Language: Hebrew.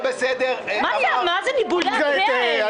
מה זה ניבול הפה הזה?